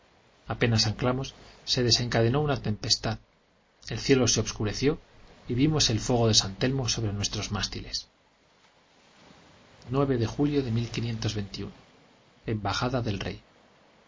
apenas anclamos se desencadenó una tempestad el cielo se obscureció y vimos el fuego de san telmo sobre nuestros mástiles de julio de embajada del rey